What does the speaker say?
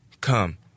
come